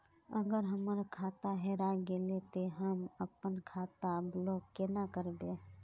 अगर हमर खाता हेरा गेले ते हम अपन खाता ब्लॉक केना करबे?